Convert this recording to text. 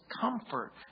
comfort